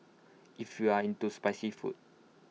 if you are into spicy food